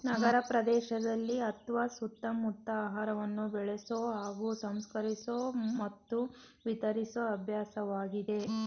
ನಗರಪ್ರದೇಶದಲ್ಲಿ ಅತ್ವ ಸುತ್ತಮುತ್ತ ಆಹಾರವನ್ನು ಬೆಳೆಸೊ ಹಾಗೂ ಸಂಸ್ಕರಿಸೊ ಮತ್ತು ವಿತರಿಸೊ ಅಭ್ಯಾಸವಾಗಿದೆ